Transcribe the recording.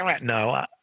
no